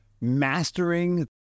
mastering